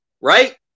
right